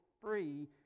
free